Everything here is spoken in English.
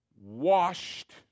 washed